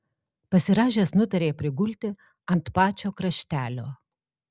pasirąžęs nutarė prigulti ant pačio kraštelio